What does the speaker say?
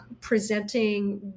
presenting